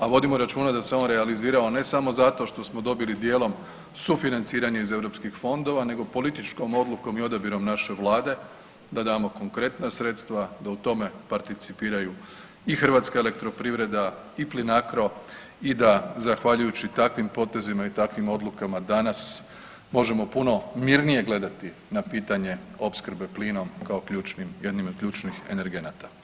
A vodimo računa da se on realizirao ne samo zato što smo dobili dijelom sufinanciranje iz eu fondova nego političkom odlukom i odabirom naše Vlade da damo konkretna sredstva da u tome participiraju i HEP i Plinacro i da zahvaljujući takvim potezima i takvim odlukama danas možemo puno mirnije gledati na pitanje opskrbe plinom kao jednim od ključnih energenata.